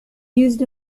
used